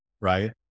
right